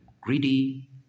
greedy